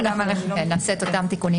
נעשה אותם תיקונים